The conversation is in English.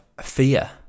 fear